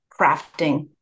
crafting